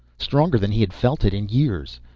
stronger than he had felt it in years.